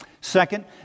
Second